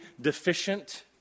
deficient